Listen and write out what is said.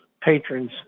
patrons